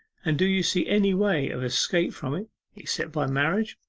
and do you see any way of escape from it except by marriage?